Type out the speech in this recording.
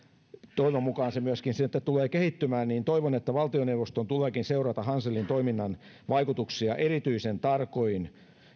toivon mukaan se sitten myöskin tulee kehittymään toivon että valtioneuvoston tuleekin seurata hanselin toiminnan vaikutuksia erityisen tarkoin